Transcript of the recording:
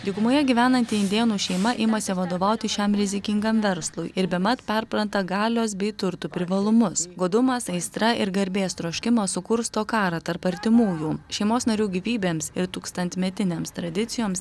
dykumoje gyvenanti indėnų šeima imasi vadovauti šiam rizikingam verslui ir bemat perpranta galios bei turtų privalumus godumas aistra ir garbės troškimas sukursto karą tarp artimųjų šeimos narių gyvybėms ir tūkstantmetinėms tradicijoms